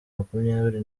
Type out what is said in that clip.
makumyabiri